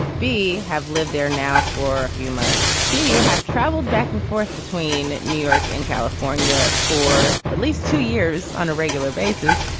b, have lived there now for a few months, c, have traveled back and forth between new york and california for at least two years on a regular basis.